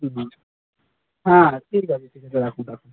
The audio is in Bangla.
হুম হ্যাঁ ঠিক আছে ঠিক আছে রাখুন রাখুন